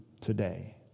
today